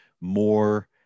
more